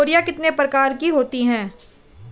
तोरियां कितने प्रकार की होती हैं?